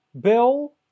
Bill